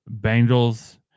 Bengals